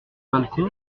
balcon